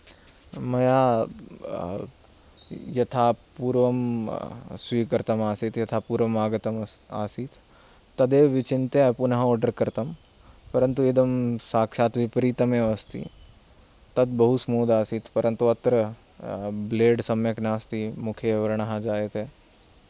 मया यथा पूर्वं स्वीकृतम् आसीत् यथा पूर्वम् आगतमासीत् तदेव विचिन्त्य पुनः ओर्डर् कृतम् परन्तु इदं साक्षात् विपरितम् एव अस्ति तत बहु स्मूत् आसीत् परन्तु अत्र ब्लेड् समय्क् नास्ति मुखे व्रणः जायते